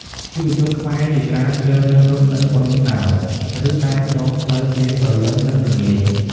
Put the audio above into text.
យុវជនខ្មែរជាច្រើនជ្រើសរើសរត់នៅបឹងស្នោរ ឬតាមដងផ្លូវពេលព្រលឹម និងល្ងាច។